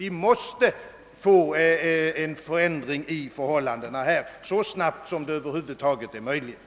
Vi måste få till stånd en förändring av förhållandena så snabbt som det över huvud taget är möjligt.